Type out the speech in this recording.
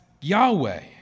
Yahweh